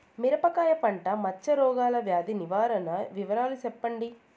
మిరపకాయ పంట మచ్చ రోగాల వ్యాధి నివారణ వివరాలు చెప్పండి?